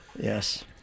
Yes